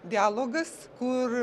dialogas kur